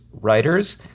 writers